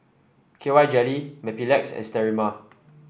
K Y Jelly Mepilex and Sterimar